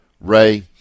Ray